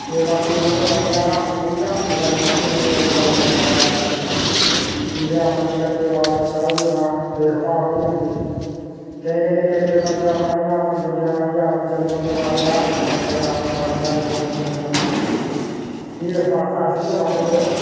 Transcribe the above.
ते बाकी मतलब बनी जा ते अस ते इयै अच्छी गल्ल समझने आं कि चलो भाई बनी जा ते अच्छी गल्ल ऐ ठीक ऐ अपने निक्के निक्के बाल बच्चें दा बी इन्ना देखभाल होई जंदी क्योंकि निक्के निक्के बच्चे अपने जुंडियां बनाइये अपने चली पौंदे अपने धारें चली पौंदे लोकें दी बाड़ियें शाड़ियें चली पौंदे फ्ही इस आस्तै अस इयै मतलब